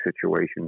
situation